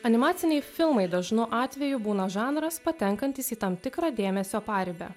animaciniai filmai dažnu atveju būna žanras patenkantis į tam tikrą dėmesio paribę